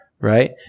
right